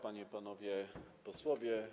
Panie i Panowie Posłowie!